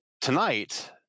Tonight